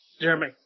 Jeremy